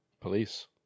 Police